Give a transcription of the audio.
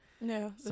No